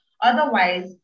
otherwise